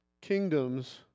kingdoms